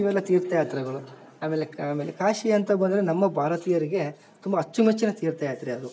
ಇವೆಲ್ಲ ತೀರ್ಥಯಾತ್ರೆಗಳು ಆಮೇಲೆ ಕಾ ಆಮೇಲೆ ಕಾಶಿಅಂತ ಬಂದರೆ ನಮ್ಮ ಭಾರತೀಯರಿಗೆ ತುಂಬ ಅಚ್ಚುಮೆಚ್ಚಿನ ತೀರ್ಥಯಾತ್ರೆ ಅದು